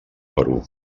perú